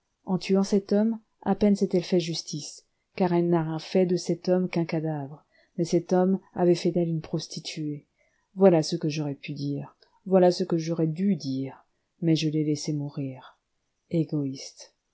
en tuant cet homme à peine s'est-elle fait justice car elle n'a fait de cet homme qu'un cadavre mais cet homme avait fait d'elle une prostituée voilà ce que j'aurais pu dire voilà ce que j'aurais dû dire mais je l'ai laissée mourir égoïste